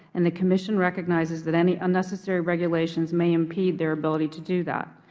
and the commission recognizes that any unnecessary regulation may impede their ability to do that.